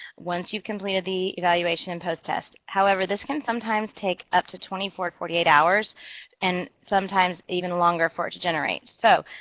once you've completed the evaluation and post-test. however, this can sometimes take up to twenty four or forty eight hours and sometimes even longer for it to generate. so,